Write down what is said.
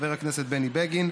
חבר הכנסת בני בגין,